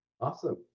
Awesome